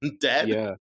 dead